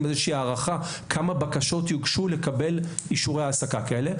איזושהי הערכה כמה בקשות יוגשו לקבל אישורי העסקה כאלה,